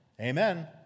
Amen